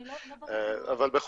אבל,